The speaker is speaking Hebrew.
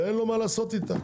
ואין לו מה לעשות איתה.